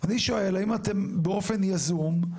אני שואל, האם אתם, באופן יזום,